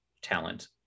talent